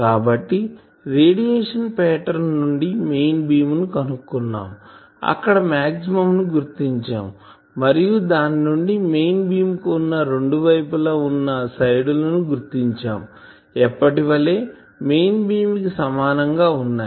కాబట్టి radiation pattern నుండి main beam ను కనుక్కున్నాం అక్కడ మాక్సిమం ను గుర్తించాముమరియు దాని నుండి మెయిన్ బీమ్ కు రెండు వైపులా వున్నా సైడ్ లు ని గుర్తించాము ఎప్పటివలె మెయిన్ బీమ్ కి సమానం గా వున్నాయి